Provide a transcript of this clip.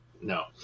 No